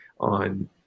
on